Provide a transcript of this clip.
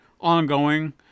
ongoing